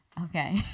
Okay